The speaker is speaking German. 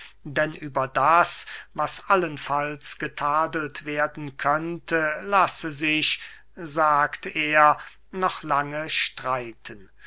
denn über das was allenfalls getadelt werden könnte lasse sich sagt er noch lange streiten